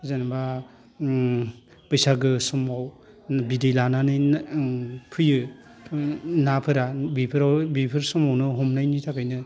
जेनोबा उम बैसागो समाव बिदै लानानै उम फैयो नाफोरा बेफोराव बेफोर समावनो हमनायनि थाखायनो